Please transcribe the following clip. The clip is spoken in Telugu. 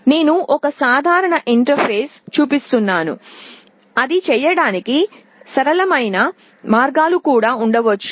నేను ఒక సాధారణ ఇంటర్ఫేస్ను చూపిస్తున్నాను అది చేయటానికి సరళమైన మార్గాలు కూడా ఉండవచ్చు